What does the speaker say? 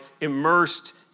immersed